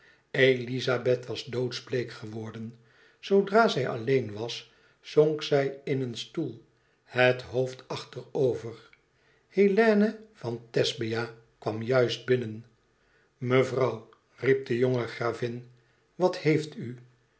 elizabeth was doodsbleek geworden zoodra zij alleen was zonk zij in een stoel het hoofd achterover hélène van thesbia kwam juist binnen mevrouw riep de jonge gravin wat heeft u